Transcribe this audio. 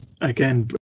again